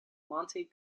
monte